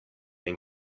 and